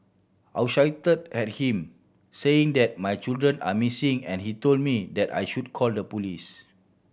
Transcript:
I shouted at him saying that my children are missing and he told me that I should call the police